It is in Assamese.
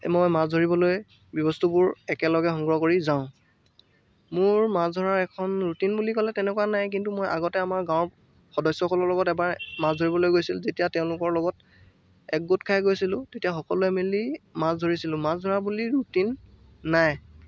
মই মাছ ধৰিবলৈ বস্তুবোৰ একেলগে সংগ্ৰহ কৰি যাওঁ মোৰ মাছ ধৰাৰ এখন ৰুটিন বুলি ক'লে তেনেকুৱা নাই কিন্তু মই আগতে আমাৰ গাঁৱৰ সদস্যসকলৰ লগত এবাৰ মাছ ধৰিবলৈ গৈছিলোঁ যেতিয়া তেওঁলোকৰ লগত একগোট খাই গৈছিলোঁ তেতিয়া সকলোৱে মিলি মাছ ধৰিছিলোঁ মাছ ধৰা বুলি ৰুটিন নাই